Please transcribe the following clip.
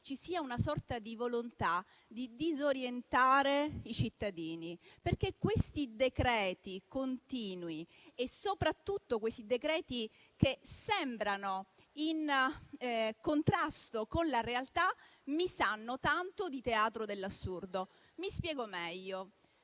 ci sia una sorta di volontà di disorientare i cittadini. Questi decreti-legge continui e soprattutto che sembrano in contrasto con la realtà mi sanno tanto di teatro dell'assurdo. Mi spiego meglio.